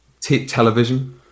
television